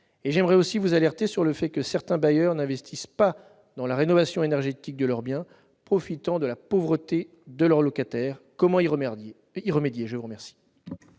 ? J'aimerais également vous alerter sur le fait que certains bailleurs n'investissent pas dans la rénovation énergétique de leur bien, profitant de la pauvreté de leurs locataires. Comment remédier à une telle